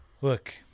Look